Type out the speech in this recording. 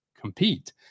compete